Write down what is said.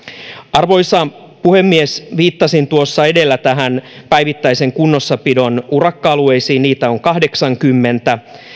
arvoisa puhemies viittasin tuossa edellä näihin päivittäisen kunnossapidon urakka alueisiin niitä on kahdeksankymmentä